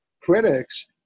critics